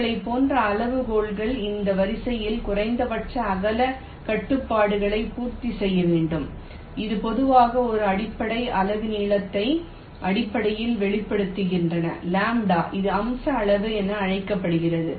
உங்களைப் போன்ற அளவுகோல்கள் இந்த வரிகளின் குறைந்தபட்ச அகலக் கட்டுப்பாடுகளை பூர்த்தி செய்ய வேண்டும் இவை பொதுவாக ஒரு அடிப்படை அலகு நீளத்தின் அடிப்படையில் வெளிப்படுத்தப்படுகின்றன λ இது அம்ச அளவு என அழைக்கப்படுகிறது